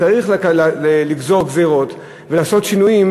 וצריך לגזור גזירות ולעשות שינויים,